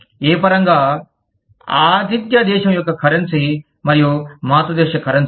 ఏ పరంగా ఆతిధ్య దేశం యొక్క కరెన్సీ మరియు మాతృ దేశ కరెన్సీ